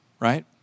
right